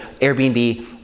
Airbnb